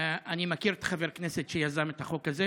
אני מכיר את חבר הכנסת שיזם את החוק הזה,